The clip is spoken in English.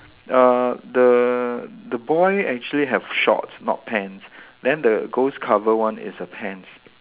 uh the the boy actually have shorts not pants then the ghost cover one is a pants